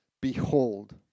Behold